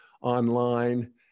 online